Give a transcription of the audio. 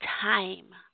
time